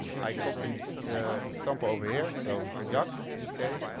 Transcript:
i copied the example over here. so yac, in this case.